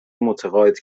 متقاعد